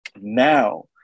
Now